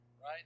right